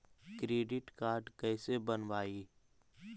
Credit card कैसे बनवाई?